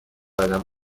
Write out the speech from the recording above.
ادم